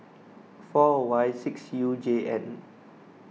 four Y six U J N